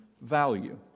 value